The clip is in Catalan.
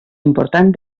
important